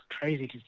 crazy